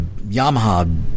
Yamaha